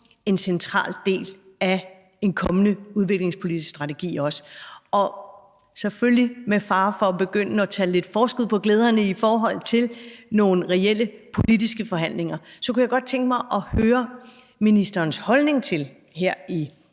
en central del af en kommende udviklingspolitisk strategi. Med fare for at begynde at tage lidt forskud på glæderne i forhold til nogle reelle politiske forhandlinger kunne jeg godt tænke mig her i Folketingssalen